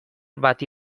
bati